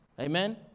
Amen